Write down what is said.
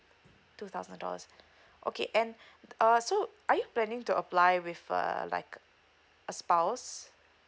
two thousand dollars okay and uh so are you planning to apply with a like a spouse